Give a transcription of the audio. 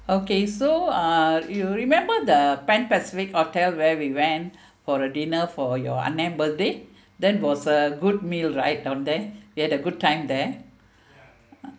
okay so uh you remember the pan pacific hotel where we went for a dinner for your ah ne birthday that was a good meal right down there you had a good time there